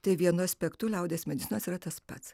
tai vienu aspektu liaudies medicinos yra tas pats